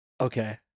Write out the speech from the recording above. Okay